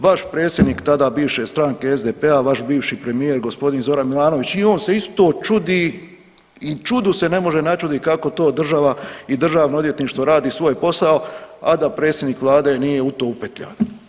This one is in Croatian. Vaš predsjednik tada bivše stranke SDP-a, vaš bivši premijer gospodin Zoran Milanović i on se isto čudi i čudu se ne može načuditi kako to država i Državno odvjetništvo radi svoj posao, a da predsjednik vlade nije u to upetljan.